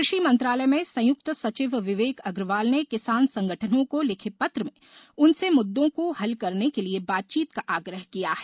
कृषि मंत्रालय में संयुक्त सचिव विवेक अग्रवाल ने किसान संगठनों को लिखे पत्र में उनसे मुद्दों को हल करने के लिए बातचीत का आग्रह किया है